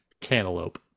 Cantaloupe